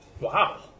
Wow